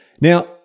Now